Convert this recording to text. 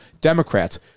democrats